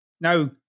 Now